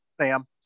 sam